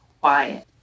quiet